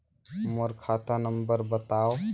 मोर खाता नम्बर बताव?